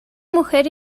mujer